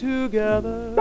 together